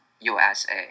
USA